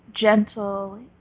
gentle